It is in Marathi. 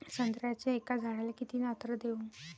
संत्र्याच्या एका झाडाले किती नत्र देऊ?